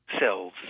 Cells